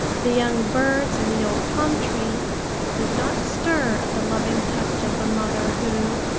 the young birds in the old plum-tree did not stir at the loving touch of the mother who,